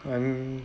and